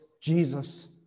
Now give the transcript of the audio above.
Jesus